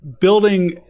building